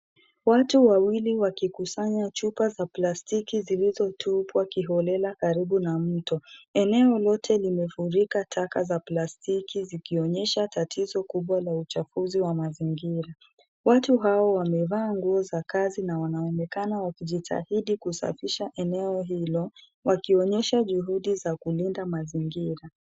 Watu wawili wakikusanya chupa za plastiki zilizotupwa kiholela karibu na mto. Eneo lote limefurika taka za plastiki zikionyesha tatizo kubwa la uchafuzi wa mazingira. Watu hao wamevaa nguo za kazi na wanaonekana wakijitahidi kusafisha eneo hilo wakionyesha juhudi za kulinda mazingira.